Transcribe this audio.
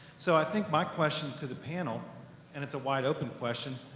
so, i think my question to the panel and it's a wide open question,